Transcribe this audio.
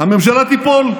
הממשלה תיפול.